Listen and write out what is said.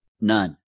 none